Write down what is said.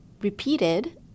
repeated